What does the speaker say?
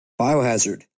Biohazard